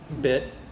bit